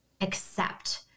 accept